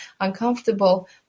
uncomfortable